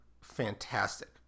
fantastic